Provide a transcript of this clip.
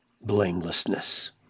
blamelessness